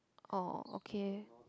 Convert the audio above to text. oh okay